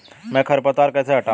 मैं खरपतवार कैसे हटाऊं?